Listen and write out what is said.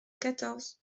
quatorze